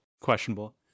questionable